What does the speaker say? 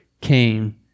came